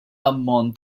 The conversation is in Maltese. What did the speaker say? ammont